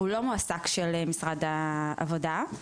הם לא מועסקים של משרד העבודה,